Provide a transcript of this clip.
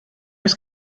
oes